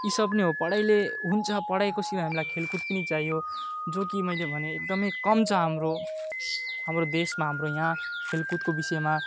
यी सब नै हो पढाइले हुन्छ पढाइको सिवा हामीलाई खेलकुद पनि चाहियो जो कि मैले भने एकदम कम छ हाम्रो हाम्रो देशमा हाम्रो यहाँ खेलकुदको विषयमा